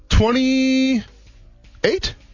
Twenty-eight